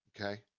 Okay